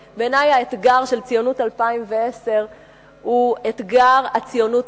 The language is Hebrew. האתגר של ציונות 2010 הוא אתגר הציונות הרוחנית.